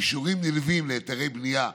אישורים נלווים להיתרי בנייה,